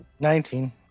Nineteen